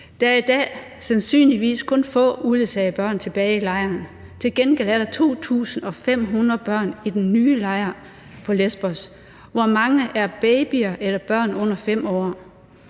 Der er i dag sandsynligvis kun få uledsagede børn tilbage i lejren. Til gengæld er der 2.500 børn i den nye lejr på Lesbos, hvoraf mange er babyer eller børn under 5 år